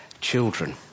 children